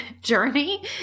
journey